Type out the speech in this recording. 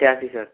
कैसी सर